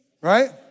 right